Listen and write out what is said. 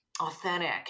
authentic